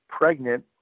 pregnant